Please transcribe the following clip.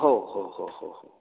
हो हो हो हो हो